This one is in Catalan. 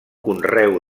conreu